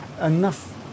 enough